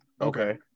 Okay